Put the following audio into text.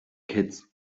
kids